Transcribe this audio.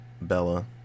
Bella